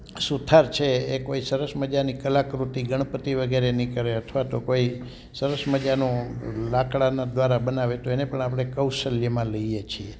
સુથાર છે એ કોઈ સરસ મજાની કલાકૃતિ ગણપતિ વગેરેની કરે અથવા તો કોઈ સરસ મજાનું લાકડાના દ્વારા બનાવે તો એને પણ આપણે કૌશલ્યમાં લઈએ છીએ